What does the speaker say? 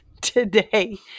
today